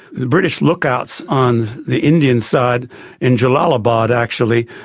the british lookouts on the indian side in jellalabad actually,